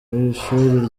ishuri